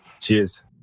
Cheers